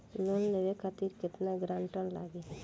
Loan लेवे खातिर केतना ग्रानटर लागी?